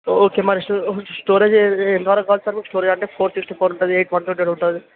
okay మరి storage ఎంత వరకు కావాలి సార్ మీకు స్టోరేజ్ అంటే ఫోర్ సిక్స్టీ ఫోర్ ఉంటుంది ఎయిట్ వన్ ట్వంటీ ఎయిట్ ఉంటుంది